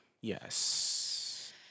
Yes